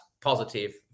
positive